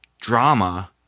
drama